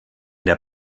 der